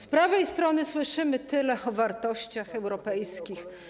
Z prawej strony słyszymy tyle o wartościach europejskich.